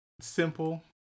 simple